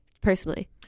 personally